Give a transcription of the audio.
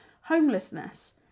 homelessness